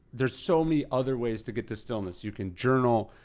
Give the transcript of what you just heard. there's so many other ways to get to stillness. you can journal,